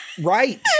Right